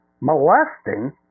molesting